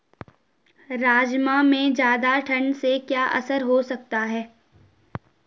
राजमा पे ज़्यादा ठण्ड से क्या असर हो सकता है?